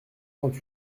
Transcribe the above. trente